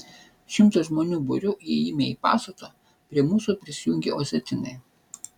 šimto žmonių būriu įėjime į pastatą prie mūsų prisijungė osetinai